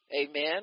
Amen